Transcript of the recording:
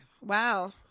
Wow